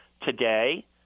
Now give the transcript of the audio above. today